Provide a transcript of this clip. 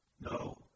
No